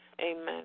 Amen